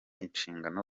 inshingano